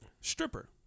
Stripper